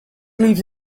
leaves